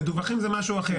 מדווחים זה משהו אחר.